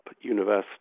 university